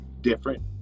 different